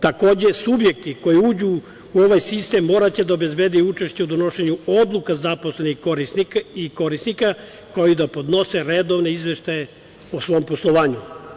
Takođe, subjekti koji uđu u ovaj sistem moraće da obezbede i učešće u donošenju odluka zaposlenih korisnika, kao i da podnose redovne izveštaje o svom poslovanju.